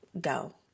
go